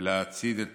ולהצעיד את